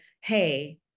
Hey